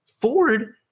Ford